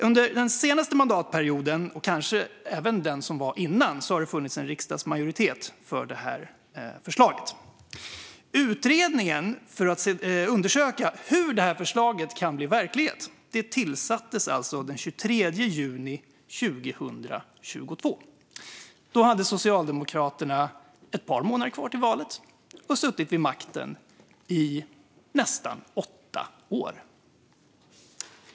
Under den senaste mandatperioden, och kanske även under den som var innan, har det funnits en riksdagsmajoritet för detta förslag. Utredningen som skulle undersöka hur detta förslag kan bli verklighet tillsattes alltså den 23 juni 2022. Då hade Socialdemokraterna suttit vid makten i nästan åtta år, och det var ett par månader kvar till valet.